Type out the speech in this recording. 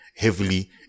heavily